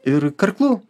ir karklų